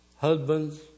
husbands